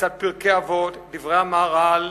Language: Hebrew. לצד פרקי אבות, דברי המהר"ל,